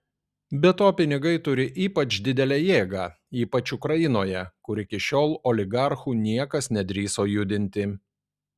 be to pinigai turi ypač didelę jėgą ypač ukrainoje kur iki šiol oligarchų niekas nedrįso judinti